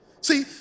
See